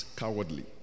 cowardly